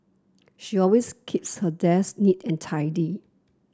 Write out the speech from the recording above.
she always keeps her desk neat and tidy